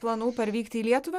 planų parvykti į lietuvą